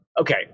Okay